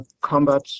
combat